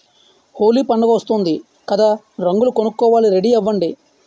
హోలీ పండుగొస్తోంది కదా రంగులు కొనుక్కోవాలి రెడీ అవ్వండి